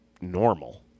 normal